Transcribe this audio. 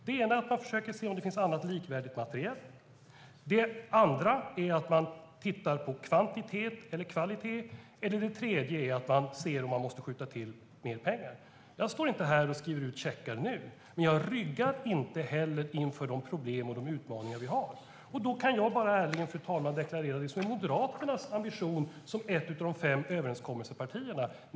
Det ena är att man försöker se om det finns annan likvärdig materiel. Det andra är att man tittar på kvantitet eller kvalitet. Det tredje är att man ser om man måste skjuta till mer pengar. Jag står inte här och skriver ut checkar nu. Men jag ryggar inte heller för de problem och utmaningar som vi har. Då kan jag bara ärligen, fru talman, deklarera vad som är ambitionen från Moderaterna, som ett av de fem överenskommelsepartierna.